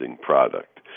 product